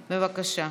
בבקשה.